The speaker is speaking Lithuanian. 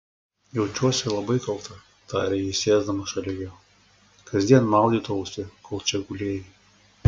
jaučiuosi labai kalta tarė ji sėsdama šalia jo kasdien maudydavausi kol čia gulėjai